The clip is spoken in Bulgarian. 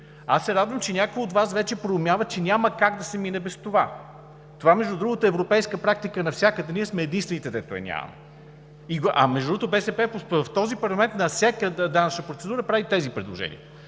Аз се радвам, че някои от Вас вече проумяват, че няма как да се мине без това. Това впрочем е европейска практика навсякъде – ние сме единствените, дето я нямаме. Между другото, БСП в този парламент на всяка една данъчна процедура прави тези предложения.